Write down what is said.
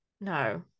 no